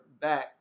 back